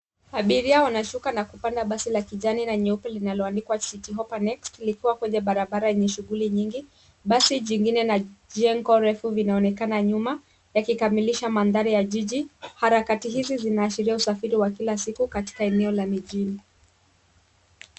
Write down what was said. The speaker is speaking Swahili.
Abiria wanashuka na kupanda basi la kijani na nyeupe linaloandikwa City Hoppa Next likiwa kwenye barabara yenye shughuli nyingi, basi jingine na jengo refu vinaonekana nyuma yakikamilisha mandhari ya jiji. Harakati hizi zinaashiria usafiri wa kila siku katika eneo la mijini.